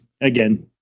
again